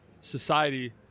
society